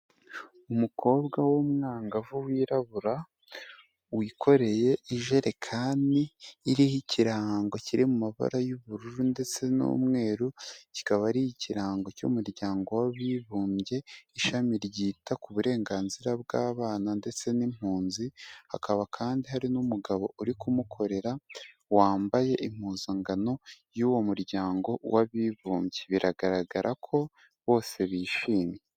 Umukobwa w'umwangavu wirabura wikoreye ijerekani iriho ikirango kiri mu mabara y'ubururu ndetse n'umweru, kikaba ari ikirango cy'umuryango w'abibumbye ishami ryita ku burenganzira bw'abana ndetse n'impunzi, hakaba kandi hari n'umugabo uri kumukorera wambaye impuzangano y'uwo muryango w'abibumbye, biragaragara ko bose bishimye.